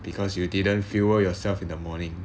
because you didn't fuel yourself in the morning